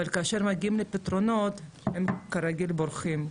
אבל כאשר מגיעים לפתרונות הם כרגיל בורחים.